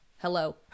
Hello